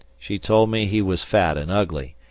she told me he was fat and ugly,